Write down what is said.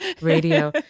radio